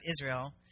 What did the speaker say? Israel